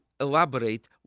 elaborate